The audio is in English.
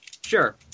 Sure